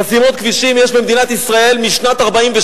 חסימות כבישים יש במדינת ישראל משנת 1948,